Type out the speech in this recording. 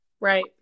Right